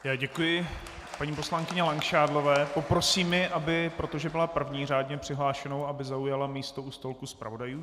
Já děkuji paní poslankyni Langšádlové, poprosím ji, protože byla první řádně přihlášenou, aby zaujala místo u stolku zpravodajů.